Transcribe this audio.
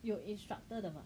有 instructor 的